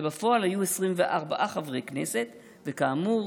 ובפועל היו 24 חברי כנסת, וכאמור,